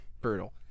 brutal